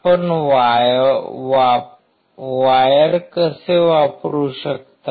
आपण वायर कसे वापरू शकता